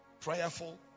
Prayerful